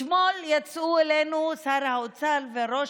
אתמול יצאו אלינו שר האוצר וראש